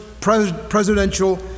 presidential